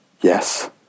Yes